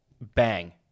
bang